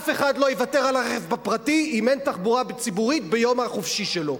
אף אחד לא יוותר על הרכב הפרטי אם אין תחבורה ציבורית ביום החופשי שלו.